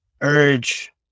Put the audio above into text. urge